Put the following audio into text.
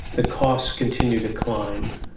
the costs continue to climb.